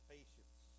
Patience